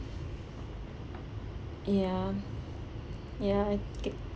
ya ya tick